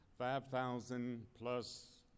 5,000-plus